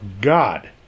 God